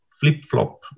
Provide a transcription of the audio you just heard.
flip-flop